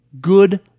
good